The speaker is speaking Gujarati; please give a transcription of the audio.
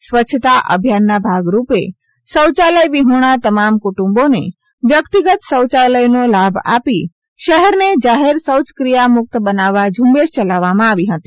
સ્વચ્છતા અભિયાનના ભાગરૂપે શૌચાલય વિહોણા તમામ કુટુંબોને વ્યકિતગત શૌચાલયનો લાભ આપી શહેરને જાહેર શૌયક્રિયા મુક્ત બનાવવા ઝુંબેશ યલાવવામાં આવી હતી